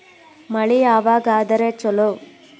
ಮಳಿ ಯಾವಾಗ ಆದರೆ ಛಲೋ?